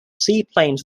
seaplanes